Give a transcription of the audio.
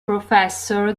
professor